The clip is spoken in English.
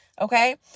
okay